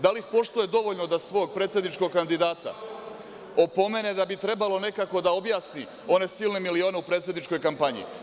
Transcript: Da li poštuje dovoljno da svog predsedničkog kandidata opomene da bi trebalo nekako da objasni one silne milione u predsedničkoj kampanji?